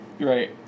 Right